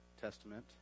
Testament